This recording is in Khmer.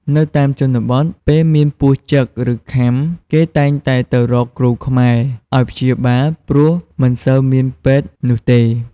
នៅតាមជនបទពេលមានពស់ចឹកឬខាំគេតែងតែទៅរកគ្រួខ្មែរអោយព្យាបាលព្រោះមិនសូវមានពេទ្យនោះទេ។